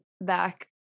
back